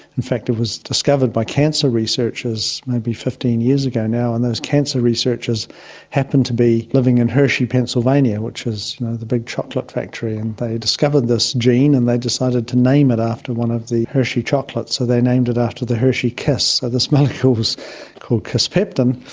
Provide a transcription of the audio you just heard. in fact it was discovered by cancer researchers maybe fifteen years ago now, and those cancer researchers happened to be living in hershey, pennsylvania, which is the big chocolate factory, and they discovered this gene and they decided to name it after one of the hershey chocolates, so they named it after the hershey kiss. so this molecule was called kisspeptin.